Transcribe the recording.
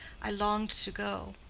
i longed to go.